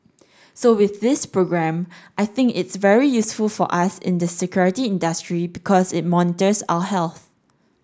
so with this programme I think it's very useful for us in the security industry because it monitors our health